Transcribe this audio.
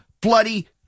bloody